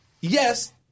yes